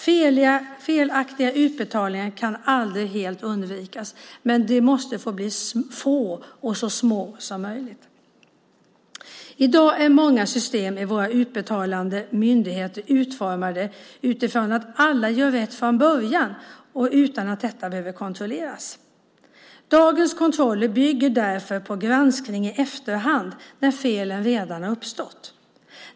Felaktiga utbetalningar kan aldrig helt undvikas. Men de måste bli så få och så små som möjligt. I dag är många system i våra utbetalande myndigheter utformade utifrån att alla gör rätt från början utan att detta behöver kontrolleras. Dagens kontroller bygger därför på granskning i efterhand när felen redan har uppstått.